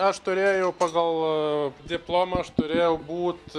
aš turėjau pagal diplomą aš turėjau būt